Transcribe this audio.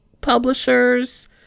publishers